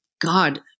God